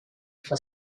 for